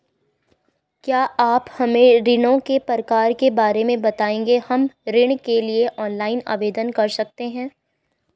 क्या आप हमें ऋणों के प्रकार के बारे में बताएँगे हम ऋण के लिए ऑनलाइन आवेदन कर सकते हैं?